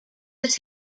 his